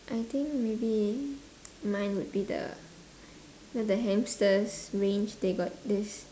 I think maybe mine would be the know the hamsters range they got this